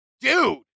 Dude